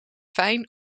fijn